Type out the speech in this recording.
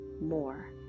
more